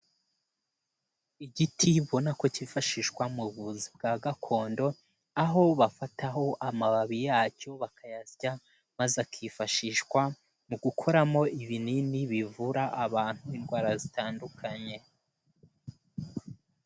Igiti ubona ko cyifashishwa mu buvuzi bwa gakondo, aho bafataho amababi yacyo bakayasya maze akifashishwa mu gukoramo ibinini bivura abantu indwara zitandukanye.